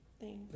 Thanks